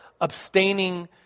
abstaining